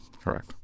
correct